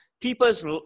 People's